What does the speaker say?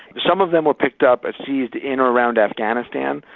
some of them were picked up or seized in or around afghanistan,